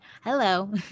Hello